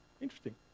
Interesting